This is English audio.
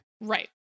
right